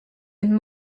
and